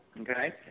Okay